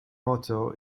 motto